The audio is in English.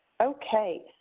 Okay